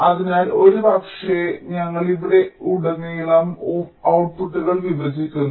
അതിനാൽ ഒരുപക്ഷേ ഞങ്ങൾ ഇവയിലുടനീളം ഔട്ട്പുട്ട്ടുകൾ വിഭജിക്കുന്നു